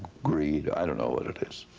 greed. i don't know what it is.